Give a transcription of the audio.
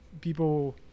people